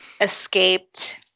escaped